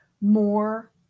more